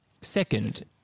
Second